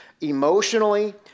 emotionally